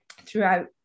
throughout